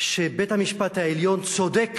שבית-המשפט העליון צודק